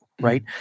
Right